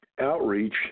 outreach